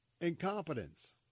incompetence